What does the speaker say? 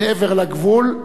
מעבר לגבול,